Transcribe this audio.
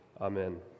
Amen